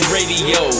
Radio